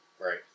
Right